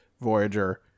Voyager